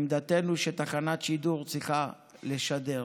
עמדתנו שתחנת שידור צריכה לשדר.